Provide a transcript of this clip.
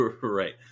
Right